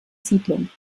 siedlung